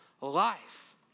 life